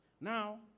Now